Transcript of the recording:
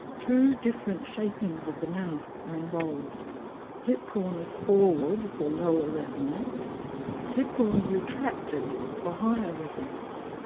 two different shapings of the mouth are involved lip corners forward for lower resonance lip corners retracted for higher resonance.